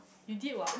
you did [what]